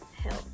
help